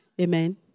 Amen